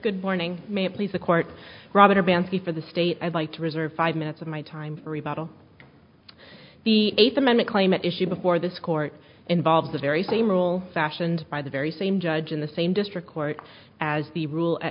good morning may i please the court robert urbanski for the state i'd like to reserve five minutes of my time for rebuttal of the eighth amendment claim at issue before this court involves the very same rule fashioned by the very same judge in the same district court as the rule